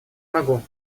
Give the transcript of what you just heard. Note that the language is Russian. могу